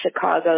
Chicago